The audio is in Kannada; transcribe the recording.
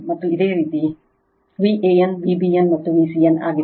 ಮತ್ತು ಇದು ಇದೇ ರೀತಿ Van Vbn ಮತ್ತು Vcn ಆಗಿದೆ